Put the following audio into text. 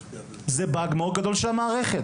זה באג מאוד גדול של המערכת.